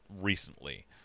recently